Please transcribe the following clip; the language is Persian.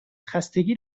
خستگی